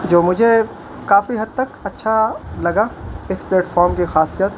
جو مجھے کافی حد تک اچھا لگا اس پلیٹفارم کی خاصیت